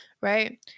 right